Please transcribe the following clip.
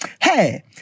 Hey